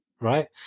Right